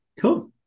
Cool